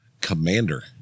Commander